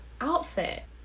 outfit